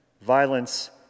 violence